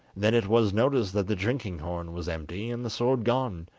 then it was noticed that the drinking-horn was empty and the sword gone,